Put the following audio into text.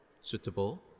suitable